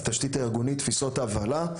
התשתית הארגונית ותפיסות ההפעלה,